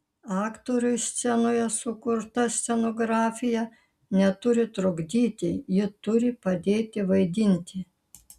aktoriui scenoje sukurta scenografija neturi trukdyti ji turi padėti vaidinti